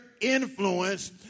influence